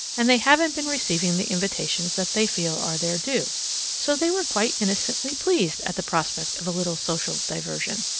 and they haven't been receiving the invitations that they feel are their due so they were quite innocently pleased at the prospect of a little social diversion.